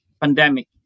pandemic